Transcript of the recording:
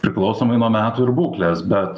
priklausomai nuo metų ir būklės bet